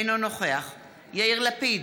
אינו נוכח יאיר לפיד,